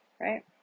right